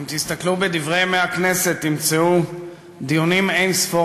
אם תסתכלו ב"דברי הכנסת" תמצאו דיונים אין-ספור